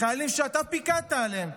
חיילים שאתה פיקדת עליהם,